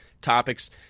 topics